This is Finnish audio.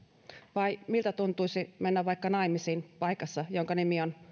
vai miltä tuntuisi mennä vaikka naimisiin paikassa jonka nimi on